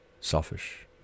selfish